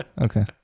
okay